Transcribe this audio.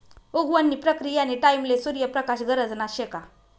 उगवण नी प्रक्रीयानी टाईमले सूर्य प्रकाश गरजना शे का